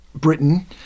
Britain